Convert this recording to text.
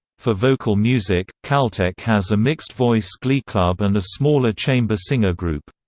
for vocal music, caltech has a mixed voice glee club and a smaller chamber singer group.